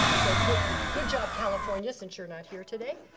so good good job california, since you're not here today.